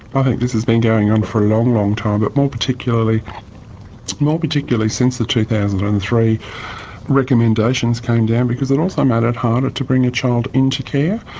i think this has been going on for a long, long, time, but more particularly more particularly since the two thousand and three recommendations came down, because it also made it harder to bring a child into care.